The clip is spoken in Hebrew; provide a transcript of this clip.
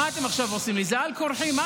על כורחי אני נוצר,